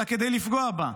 אלא כדי לפגוע בה.